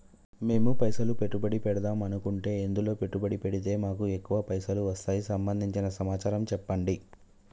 మేము పైసలు పెట్టుబడి పెడదాం అనుకుంటే ఎందులో పెట్టుబడి పెడితే మాకు ఎక్కువ పైసలు వస్తాయి సంబంధించిన సమాచారం చెప్పండి?